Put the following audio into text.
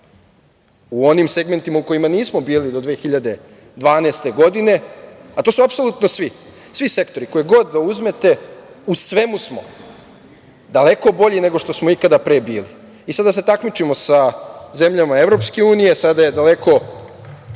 u onim segmentima u kojima nismo bili do 2012. godine, a to su apsolutno svi sektori, koje god da uzmete u svemu smo daleko bolji nego što smo ikada pre bili. Sada se takmičimo sa zemljama EU, sada je daleko